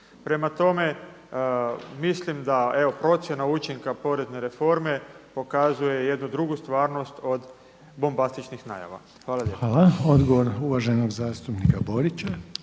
Prema tome, mislim da procjena učinka porezne reforme pokazuje jednu drugu stvarnost od bombastičnih najava. Hvala lijepo. **Reiner,